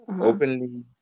Openly